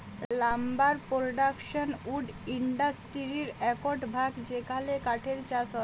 lumber production wood ইন্ডাসটিরির একট ভাগ যেখালে কাঠের চাষ হয়